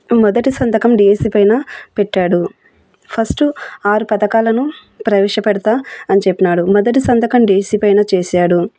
మొదటి సంతకం డిఎస్సి పైన పెట్టాడు ఫస్ట్ ఆరు పథకాలను ప్రవేశపెడతా అని చెప్పాడు మొదటి సంతకం డిఎసీ పైన చేసాడు